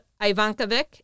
Ivankovic